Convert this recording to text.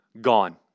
gone